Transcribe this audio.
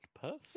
person